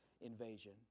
invasion